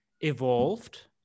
evolved